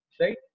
right